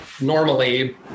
normally